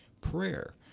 prayer